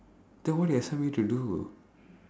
then what do you expect me to do